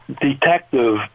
detective